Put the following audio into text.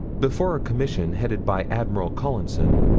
before a commission, headed by admiral collinson,